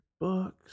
books